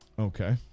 Okay